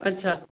अच्छा